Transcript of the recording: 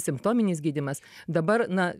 simptominis gydymas dabar na